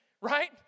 right